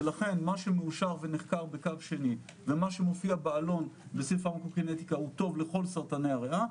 ומה שמאושר ונחקר בקו שני ומה שמופיע בעלון הוא טוב לכל סרטני הריאה.